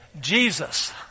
Jesus